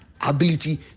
ability